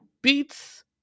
beats